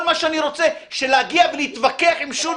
כל מה שאני רוצה להגיע להתווכח עם שולי